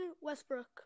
Westbrook